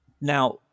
Now